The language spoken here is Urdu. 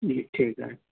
جی ٹھیک ہے